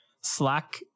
Slack